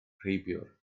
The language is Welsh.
rheibiwr